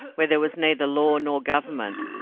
where there was neither law nor government,